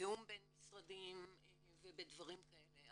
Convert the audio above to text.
בתיאום בין משרדים, ובדברים כאלה.